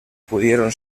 pudieron